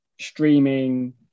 streaming